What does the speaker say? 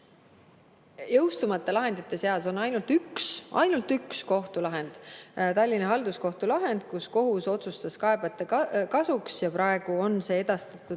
Jõustumata lahendite seas on ainult üks kohtulahend, Tallinna Halduskohtu lahend, kus kohus otsustas kaebajate kasuks, ja praegu on see edastatud